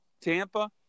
Tampa